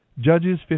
Judges